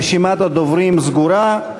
רשימת הדוברים סגורה.